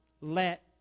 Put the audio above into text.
let